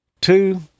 two